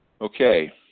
Okay